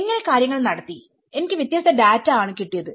എങ്ങനെ കാര്യങ്ങൾ നടത്തി എനിക്ക് വ്യത്യസ്ത ഡാറ്റ ആണ് കിട്ടിയത്